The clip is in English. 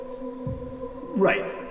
Right